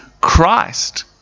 Christ